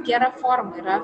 gera forma yra